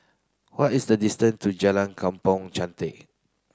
what is the distance to Jalan Kampong Chantek